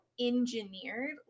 engineered